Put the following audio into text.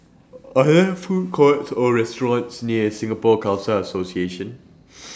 Are There Food Courts Or restaurants near Singapore Khalsa Association